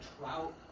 trout